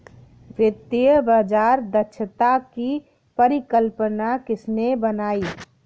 वित्तीय बाजार दक्षता की परिकल्पना किसने बनाई?